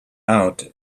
out